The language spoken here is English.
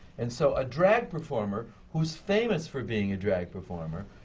and so a drag performer, who's famous for being a drag performer,